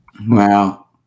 Wow